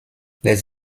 les